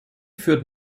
führt